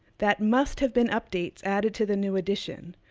that must have been updates added to the new edition,